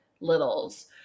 littles